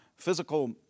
physical